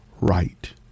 right